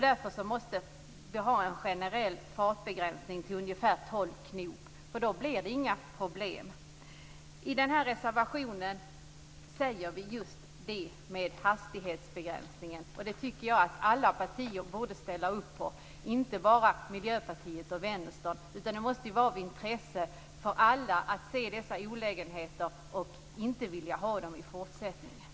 Vi måste införa en generell fartbegränsning på ungefär 12 knop, för då blir det inga problem. I reservationen skriver vi just om hastighetsbegränsningen. Jag tycker att alla partier borde ställa upp på den - inte bara Miljöpartiet och Vänstern. Det måste vara av intresse för alla att vi får bort dessa olägenheter i fortsättningen.